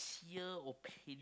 sincere opinion